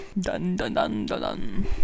Dun-dun-dun-dun-dun